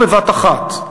לא בבת אחת,